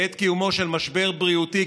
בעת קיומו של משבר בריאותי,